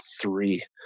three